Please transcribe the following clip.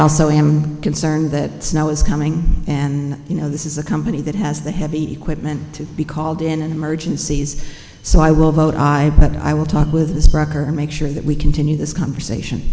also am concerned that snow is coming and you know this is a company that has the heavy equipment to be called in and emergencies so i will vote i that i will talk with the sprecher and make sure that we continue this conversation